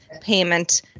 payment